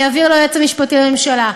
אני אעביר ליועץ המשפטי לממשלה.